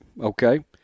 Okay